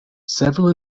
several